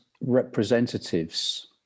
representatives